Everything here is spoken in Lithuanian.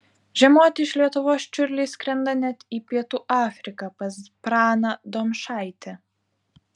žiemoti iš lietuvos čiurliai skrenda net į pietų afriką pas praną domšaitį